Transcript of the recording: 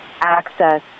access